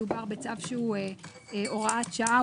מדובר בצו שהוא הוראת שעה.